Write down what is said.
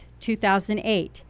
2008